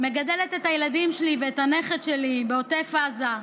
מגדלת את הילדים שלי ואת הנכד שלי בעוטף עזה,